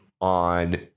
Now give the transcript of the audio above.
on